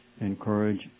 encourage